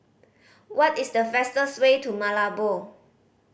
what is the fastest way to Malabo